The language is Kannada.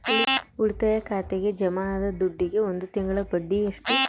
ಉಳಿತಾಯ ಖಾತೆಗೆ ಜಮಾ ಆದ ದುಡ್ಡಿಗೆ ಒಂದು ತಿಂಗಳ ಬಡ್ಡಿ ಎಷ್ಟು?